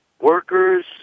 workers